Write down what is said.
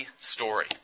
story